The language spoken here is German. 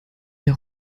der